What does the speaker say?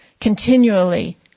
continually